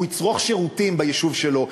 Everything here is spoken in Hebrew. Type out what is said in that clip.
הוא יצרוך שירותים ביישוב שלו.